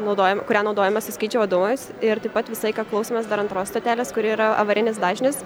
naudojam kurią naudojame su skrydžių vadovais ir taip pat visą laiką klausomės dar antros stotelės kuri yra avarinis dažnis